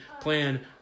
plan